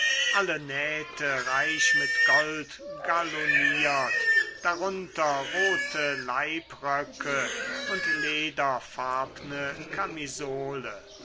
alle nähte reich mit gold galoniert darunter rote leibröcke und lederfarbne kamisole